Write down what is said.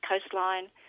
coastline